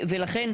ולכן,